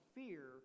fear